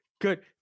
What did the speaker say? good